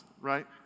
right